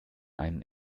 einen